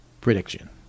prediction